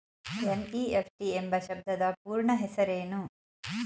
NEFT ಎಂಬ ಶಬ್ದದ ಪೂರ್ಣ ಹೆಸರೇನು?